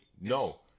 no